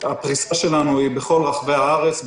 הפרישה שלנו היא בכל רחבי הארץ,